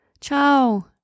ciao